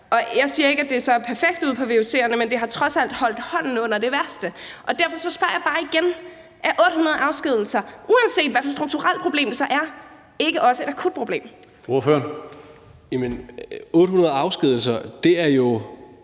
jeg siger ikke, at det så er perfekt ude på vuc'erne, men det har trods alt afhjulpet det værste. Derfor spørger jeg bare igen: Er 800 afskedigelser, uanset hvad for strukturelle problemer der så er, ikke også et akut problem? Kl. 19:57 Tredje